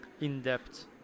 in-depth